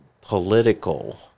political